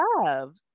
love